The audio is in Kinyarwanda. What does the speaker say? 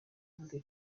rwe